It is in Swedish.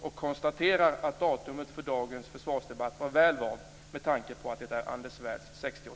Jag konstaterar att datumet för dagens försvarsdebatt var väl valt, med tanke på att det är